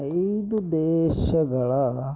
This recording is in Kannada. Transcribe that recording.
ಐದು ದೇಶಗಳ